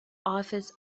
office